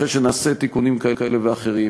אחרי שנעשה תיקונים כאלה ואחרים,